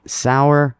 sour